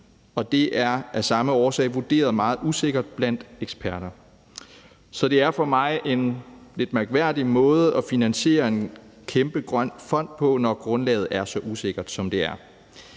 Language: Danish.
det er af samme årsag vurderet meget usikkert blandt eksperter. Så det er for mig en lidt mærkværdig måde at finansiere en kæmpe grøn fond på, når grundlaget er så usikkert, som det er.